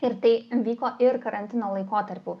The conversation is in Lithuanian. ir tai vyko ir karantino laikotarpiu